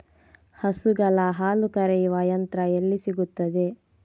ಹಸುಗಳ ಹಾಲು ಕರೆಯುವ ಯಂತ್ರ ಎಲ್ಲಿ ಸಿಗುತ್ತದೆ?